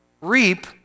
reap